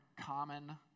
common